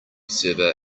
server